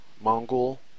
Mongol